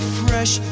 fresh